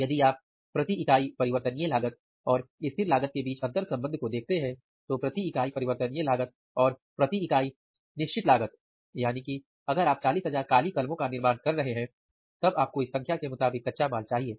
और यदि आप प्रति इकाई परिवर्तनीय लागत और स्थिर लागत के बीच अंतर संबंध को देखते हैं तो प्रति इकाई परिवर्तनीय लागत और प्रति इकाई निश्चित लागत यानी कि अगर आप 40000 काली कलमों का निर्माण कर रहे हैं तब आपको इसी संख्या के मुताबिक कच्चा माल चाहिए